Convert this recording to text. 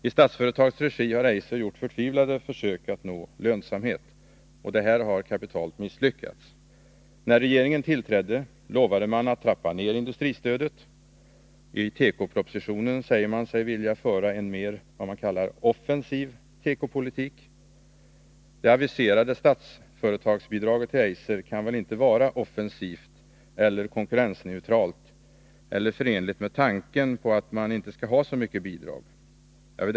I Statsföretags regi har Eiser gjort förtvivlade försök att nå lönsamhet. Det har kapitalt misslyckats. När regeringen tillträdde, lovade man att trappa ner industristödet. I tekopropositionen säger man sig vilja föra vad man kallar en mer offensiv tekopolitik. Det aviserade Statsföretagsbidraget till Eiser kan väl inte vara ”offensivt” eller konkurrensneutralt eller förenligt med tanken att det inte skall ges så mycket bidrag?